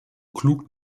klug